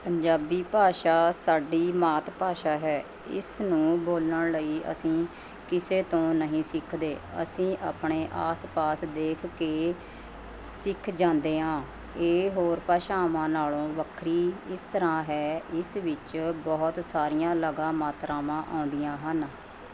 ਪੰਜਾਬੀ ਭਾਸ਼ਾ ਸਾਡੀ ਮਾਤ ਭਾਸ਼ਾ ਹੈ ਇਸ ਨੂੰ ਬੋਲਣ ਲਈ ਅਸੀਂ ਕਿਸੇ ਤੋਂ ਨਹੀਂ ਸਿੱਖਦੇ ਅਸੀਂ ਆਪਣੇ ਆਸ ਪਾਸ ਦੇਖ ਕੇ ਸਿੱਖ ਜਾਂਦੇ ਹਾਂ ਇਹ ਹੋਰ ਭਾਸ਼ਾਵਾਂ ਨਾਲੋਂ ਵੱਖਰੀ ਇਸ ਤਰ੍ਹਾਂ ਹੈ ਇਸ ਵਿੱਚ ਬਹੁਤ ਸਾਰੀਆਂ ਲਗਾ ਮਾਤਰਾਵਾਂ ਆਉਦੀਆਂ ਹਨ